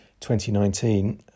2019